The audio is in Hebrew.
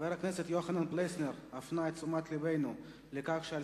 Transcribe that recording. חבר הכנסת יוחנן פלסנר הפנה את תשומת לבנו לכך שעל